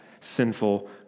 sinful